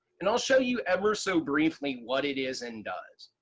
and i'll show you ever so briefly what it is and does.